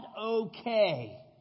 okay